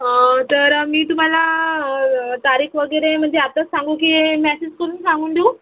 तर मी तुम्हाला तारीख वगैरे म्हणजे आत्ताच सांगू की मेसेज करून सांगून देऊ